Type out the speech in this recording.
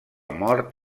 mort